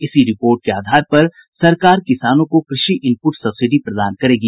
इसी रिपोर्ट के आधार पर सरकार किसानों को कृषि इनपुट सब्सिडी प्रदान करेगी